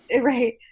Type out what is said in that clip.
Right